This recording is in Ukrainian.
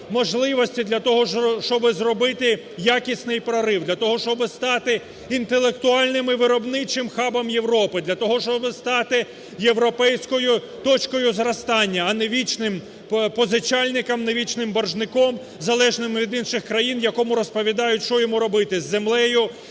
можливості для того, щоб зробити якісний прорив для того, щоб стати інтелектуальним і виробничим хабом Європи для того, щоб стати європейською точкою зростання, а не вічним позичальником, не вічним боржником залежним від інших країн, якому розповідають, що йому робити з землею,